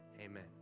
Amen